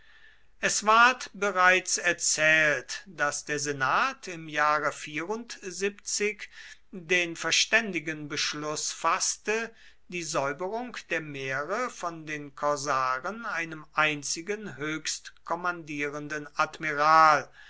es ward bereits erzählt daß der senat im jahre den verständigen beschluß faßte die säuberung der meere von den korsaren einem einzigen höchstkommandierenden admiral